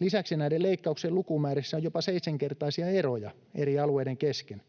Lisäksi näiden leikkauksien lukumäärissä on jopa seitsenkertaisia eroja eri alueiden kesken.